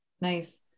Nice